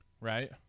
right